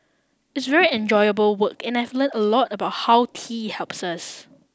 it's very enjoyable work and I've learnt a lot about how tea helps us